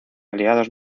aliados